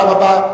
תודה רבה.